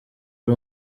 ari